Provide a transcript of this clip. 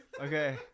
Okay